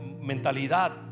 mentalidad